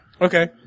Okay